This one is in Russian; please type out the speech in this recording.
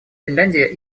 финляндия